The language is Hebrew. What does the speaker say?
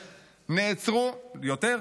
יותר.